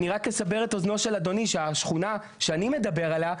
אני רק אסבר את אוזנו של אדוני שהשכונה שאני מדבר עליה,